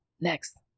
Next